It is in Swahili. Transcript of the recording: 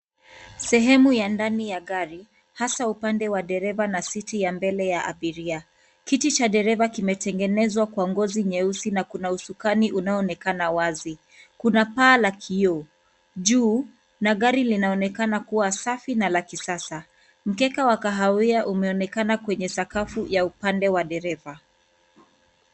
Sehemu ya ndani ya gari hasa upande wa dereva na siti ya mbele ya abiria. Kiti cha nyumba kimetengenezwa kwa ngzi nyeusi na usukani unaoonekana wazi, kuna paa la kioo juu na gari linaonekana kua safi na la kisasa. Mkeka wa kahawia umeonekana kwenye sakafu ya upande wa dereva.